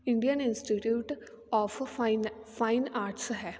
Indian Institute of Fine Fine Arts ਹੈ